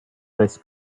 this